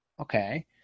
Okay